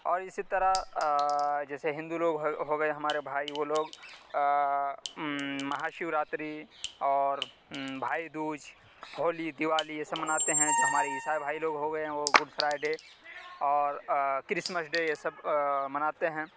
اور اسی طرح جیسے ہندو لوگ ہو گئے ہمارے بھائی وہ لوگ مہاشیوراتری اور بھائی دوج ہولی دیوالی یہ سب مناتے ہیں جو ہمارے عیسائی بھائی لوگ ہو گئے ہیں وہ گڈ فرائڈے اور کرسمس ڈے یہ سب مناتے ہیں